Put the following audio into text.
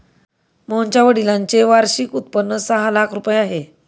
मोहनच्या वडिलांचे वार्षिक उत्पन्न सहा लाख रुपये आहे